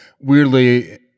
weirdly